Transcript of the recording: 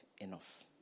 enough